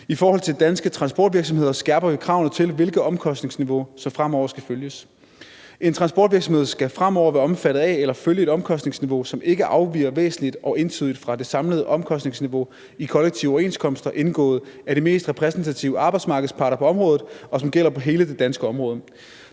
I forhold til danske transportvirksomheder skærper vi kravene til, hvilket omkostningsniveau der fremover skal følges. En transportvirksomhed skal fremover være omfattet af eller følge et omkostningsniveau, som ikke afviger væsentligt og entydigt fra det samlede omkostningsniveau i kollektive overenskomster indgået af de mest repræsentative arbejdsmarkedsparter på området, og som gælder på hele det danske område.